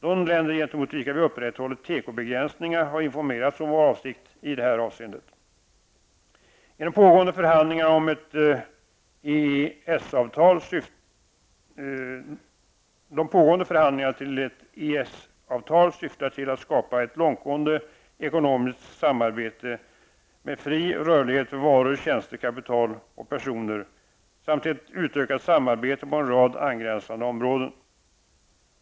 De länder, gentemot vilka vi upprätthåller tekobegränsningar, har informerats om vår avsikt i detta avseende. De pågående förhandlingarna om ett EES-avtal syftar till att skapa ett långtgående ekonomisk samarbete med fri rörlighet för varor, tjänster, kapital och personer samt ett utökat samarbete på en rad angränsande områden.